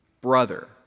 Brother